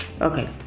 okay